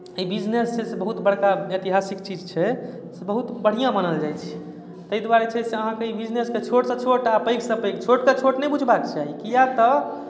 ई business छै से बहुत बड़का ऐतिहासिक चीज छै से बहुत बढ़िआँ मानल जाइत छै ताहि दुआरे छै से अहाँकेँ ई बिजनेस छोटसँ छोट आ पैघसँ पैघ छोटकेँ छोट नहि बुझबाक चाही किएक तऽ